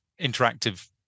interactive